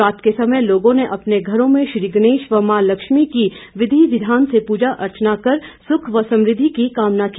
रात के समय लोगों ने अपने घरों में श्रीगणेश व मां लक्ष्मी की विधि विधान से पूजा अर्चना कर सुख व समृद्धि की कामना की